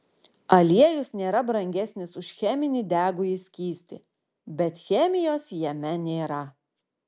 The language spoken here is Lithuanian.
aliejus nėra brangesnis už cheminį degųjį skystį bet chemijos jame nėra